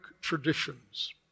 traditions